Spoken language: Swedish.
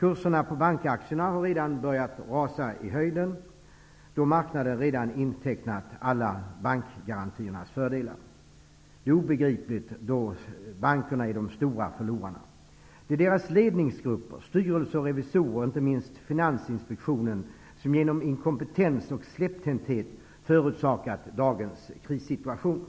Kurserna på bankaktierna har redan börjat rusa i höjden, då marknaden redan intecknat bankgarantiernas alla fördelar. Det är obegripligt, då bankerna är de stora förlorarna. Det är bankernas ledningsgrupper, styrelser och revisorer och, inte minst, Finansinspektionen som genom inkompetens och släpphänthet förorsakat dagens krissituation.